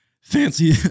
Fancy